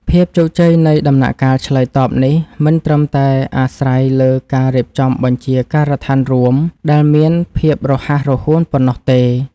ភាពជោគជ័យនៃដំណាក់កាលឆ្លើយតបនេះ មិនត្រឹមតែអាស្រ័យលើការរៀបចំបញ្ជាការដ្ឋានរួមដែលមានភាពរហ័សរហួនប៉ុណ្ណោះទេ។